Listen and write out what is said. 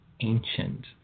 ancient